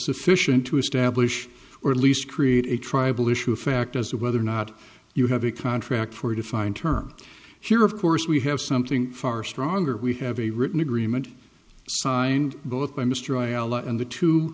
sufficient to establish or at least create a tribal issue a fact as to whether or not you have a contract for a defined term here of course we have something far stronger we have a written agreement signed both